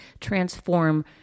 transform